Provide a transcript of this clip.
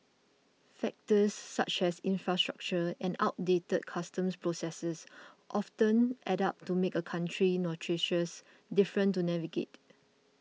factors such as infrastructure and outdated customs processes often add up to make a country notoriously difficult to navigate